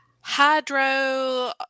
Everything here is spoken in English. hydro